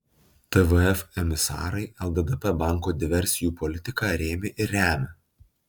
tvf emisarai lddp banko diversijų politiką rėmė ir remia